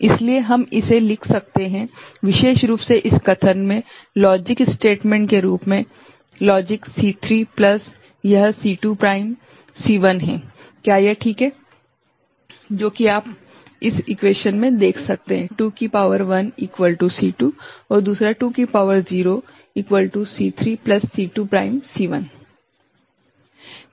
इसलिए हम इसे लिख सकते हैं विशेष रूप से इस कथन में लॉजिक स्टेटमेंट के रूप लॉजिक C3 प्लस यह C2 प्राइम C1 है क्या यह ठीक है